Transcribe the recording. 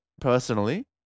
personally